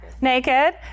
naked